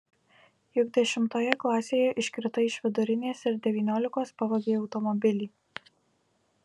juk dešimtoje klasėje iškritai iš vidurinės ir devyniolikos pavogei automobilį